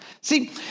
See